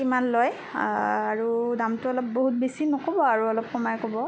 কিমান লয় আৰু দামটো অলপ বহুত বেছি নক'ব আৰু অলপ কমাই ক'ব